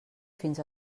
fins